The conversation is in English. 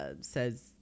says